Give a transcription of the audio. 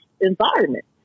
environment